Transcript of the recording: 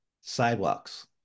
Sidewalks